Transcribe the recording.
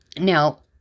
Now